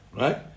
Right